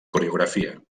coreografia